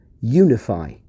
unify